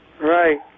Right